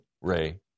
Ray